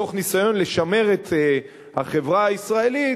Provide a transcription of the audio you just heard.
מתוך ניסיון לשמר את החברה הישראלית.